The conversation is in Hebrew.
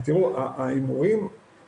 זה היה מרתק לראות את הנתונים ולשמוע.